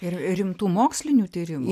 ir rimtų mokslinių tyrimų